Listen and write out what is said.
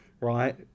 right